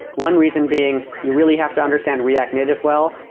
one reason being, you really have to understand react native well,